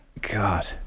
God